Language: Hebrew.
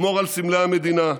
נשמור על סמלי המדינה,